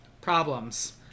Problems